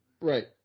Right